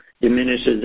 diminishes